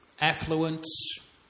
Affluence